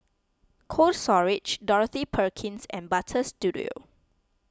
Cold Storage Dorothy Perkins and Butter Studio